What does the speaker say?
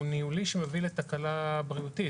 ניהולי שמביא לתקלה בריאותית.